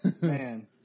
Man